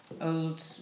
old